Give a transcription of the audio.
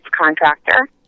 contractor